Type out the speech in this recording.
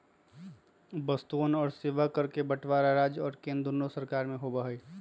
वस्तुअन और सेवा कर के बंटवारा राज्य और केंद्र दुन्नो सरकार में होबा हई